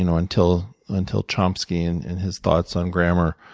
you know until until chomsky and and his thoughts on grammar,